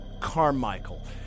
Carmichael